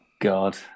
God